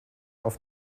auf